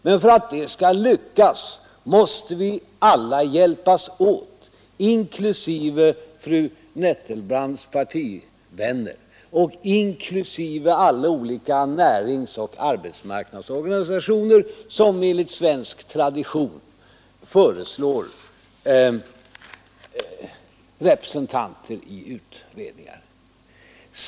Men för att detta skall lyckas måste vi alla hjälpas åt, inklusive fru Nettelbrandts partivänner och inklusive alla olika näringsoch arbetsmarknadsorganisationer som enligt svensk tradition föreslår representanter i utredningar.